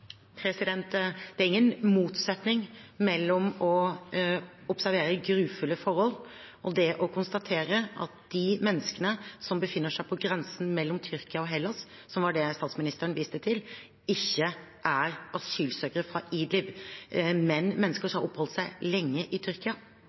Det er ingen motsetning mellom å observere grufulle forhold og det å konstatere at de menneskene som befinner seg på grensen mellom Tyrkia og Hellas, som var det statsministeren viste til, ikke er asylsøkere fra Idlib, men mennesker som